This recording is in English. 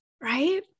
right